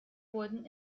wurden